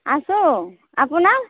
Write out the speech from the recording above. আছোঁ আপোনাৰ